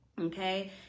okay